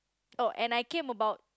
oh and I came about